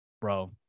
bro